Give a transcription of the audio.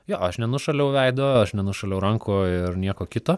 jo aš nenušaliau veido aš nenušaliau rankų ir nieko kito